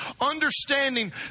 understanding